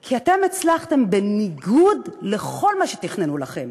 כי אתם הצלחתם בניגוד לכל מה שתכננו לכם,